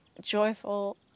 joyful